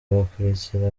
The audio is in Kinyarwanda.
bakurikira